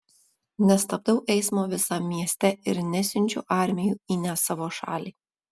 nestabdau eismo visam mieste ir nesiunčiu armijų į ne savo šalį